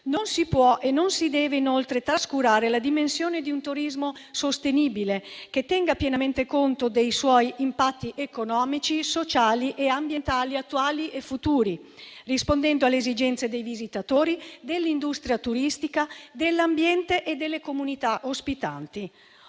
Non si può e non si deve inoltre trascurare la dimensione di un turismo sostenibile che tenga pienamente conto dei suoi impatti economici, sociali e ambientali attuali e futuri, rispondendo alle esigenze dei visitatori, dell'industria turistica, dell'ambiente e delle comunità ospitanti.